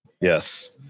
Yes